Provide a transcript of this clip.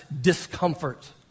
discomfort